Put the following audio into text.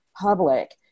public